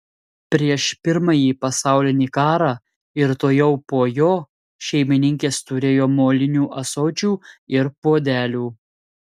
prieš pirmąjį pasaulinį karą ir tuojau po jo šeimininkės turėjo molinių ąsočių ir puodelių